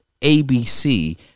abc